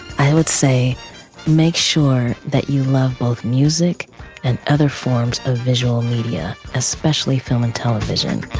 i would say make sure that you love both music and other forms of visual media, especially film and television,